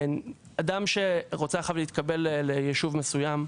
אדם שרוצה עכשיו להתקבל ליישוב מסוים,